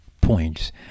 points